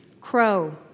Crow